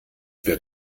wer